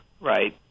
right